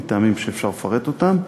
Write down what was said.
מטעמים שאפשר לפרט אותם,